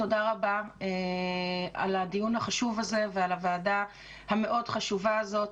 תודה רבה על הדיון החשוב הזה ועל הוועדה המאוד חשובה הזאת.